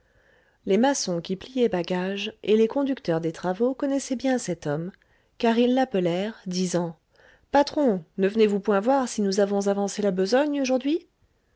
les maçons qui pliaient bagages et les conducteurs des travaux connaissaient bien cet homme car ils l'appelèrent disant patron ne venez-vous point voir si nous avons avancé la besogne aujourd'hui